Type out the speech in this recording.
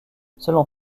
selon